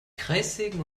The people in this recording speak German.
kreissägen